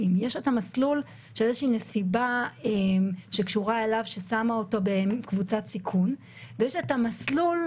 אני שוחחתי במקרה אתמול עם נשיאת בתי משפט